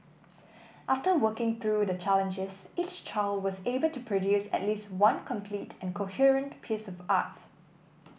after working through the challenges each child was able to produce at least one complete and coherent piece of art